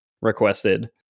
requested